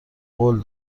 قول